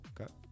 Okay